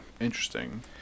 Interesting